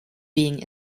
being